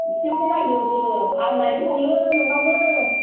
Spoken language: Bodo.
एसे खमायदो दे आं लायबायथायो नोंनावनो